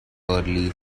early